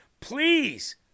please